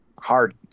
Hard